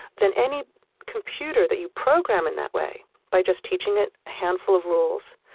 then any computer that you program in that way, by just teaching it a handful of rules,